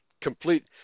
complete